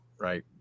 Right